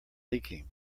leaking